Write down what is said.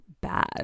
bad